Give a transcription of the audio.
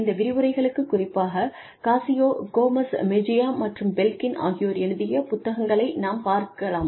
இந்த விரிவுரைக்கு குறிப்பாகக் காசியோ கோமஸ் மெஜியா மற்றும் பெல்கின் ஆகியோர் எழுதிய புத்தகங்களை நாம் பார்க்க பார்க்கலாம்